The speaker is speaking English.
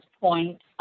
point